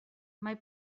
mai